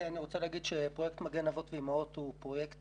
אני רוצה להגיד פרויקט "מגן אבות ואימהות" הוא פרויקט